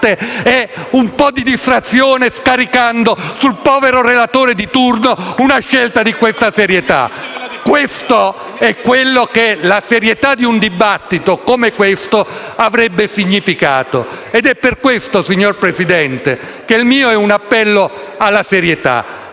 e un po' di distrazione, scaricando sul povero relatore di turno una scelta di questa entità. *(Commenti del senatore Giovanardi)*. Questo è ciò che la serietà di un dibattito come questo avrebbe significato ed è per questo, signora Presidente, che il mio è un appello alla serietà.